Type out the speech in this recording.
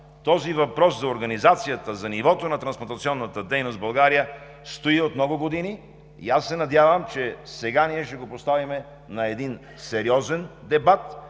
Въпросът за организацията, за нивото на трансплантационната дейност в България стои от много години и аз се надявам, че сега ние ще го поставим на един сериозен дебат,